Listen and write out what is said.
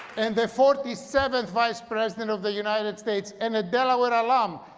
and the forty seventh vice president of the united states and delaware alum,